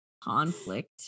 conflict